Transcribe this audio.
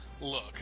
Look